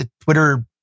Twitter